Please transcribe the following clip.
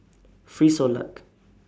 Frisolac